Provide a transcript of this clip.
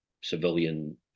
civilian